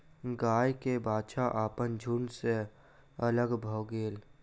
गाय के बाछा अपन झुण्ड सॅ अलग भअ गेल